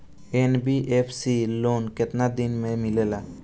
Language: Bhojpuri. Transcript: एन.बी.एफ.सी लोन केतना दिन मे मिलेला?